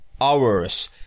hours